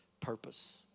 purpose